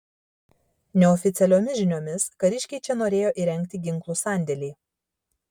neoficialiomis žiniomis kariškiai čia norėjo įrengti ginklų sandėlį